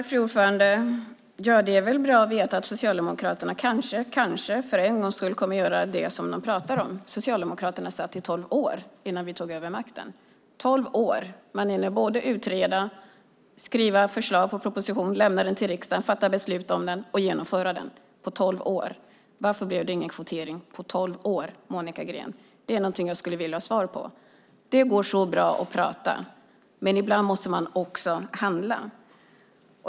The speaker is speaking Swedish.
Fru talman! Det är bra att veta att Socialdemokraterna kanske för en gångs skull kommer att göra det som de pratar om. Socialdemokraterna satt i tolv år innan vi tog över makten. På tolv år hinner man både utreda, skriva förslag i en proposition, lämna den till riksdagen, fatta beslut om den och genomföra det. Varför blev det ingen kvotering på tolv år, Monica Green? Det är en fråga jag skulle vilja ha svar på. Det går så bra att prata, men ibland måste man också handla.